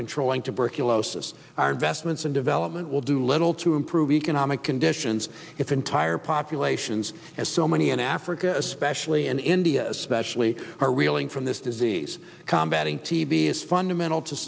controlling tuberculosis our investments in development will do little to improve economic conditions its entire populations as so many in africa especially in india especially are reeling from this disease combating tb is fundamental to